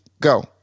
go